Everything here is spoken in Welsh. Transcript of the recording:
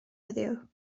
heddiw